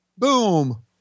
boom